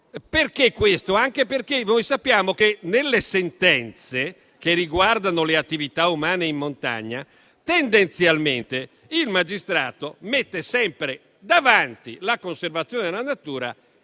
Dico questo anche perché noi sappiamo che, nelle sentenze che riguardano le attività umane in montagna, tendenzialmente il magistrato mette sempre davanti la conservazione della natura